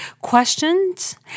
Questions